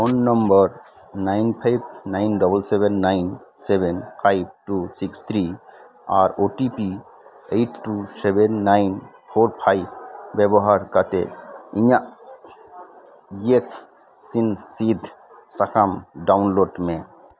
phone number nine five nine double seven nine seven five two six three ᱟᱨ OTP eight two seven nine four five ᱵᱮᱵᱚᱦᱟᱨ ᱠᱟᱛᱮᱜ ᱤᱧᱟᱹᱜ ᱥᱤᱱ ᱥᱤᱫ ᱥᱟᱠᱟᱢ download ᱢᱮ